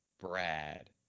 Brad